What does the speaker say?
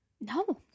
No